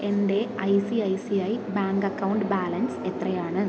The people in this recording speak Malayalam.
എൻ്റെ ഐസിഐസിഐ ബാങ്ക് അക്കൗണ്ട് ബാലൻസ് എത്രയാണ്